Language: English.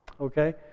Okay